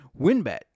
WinBet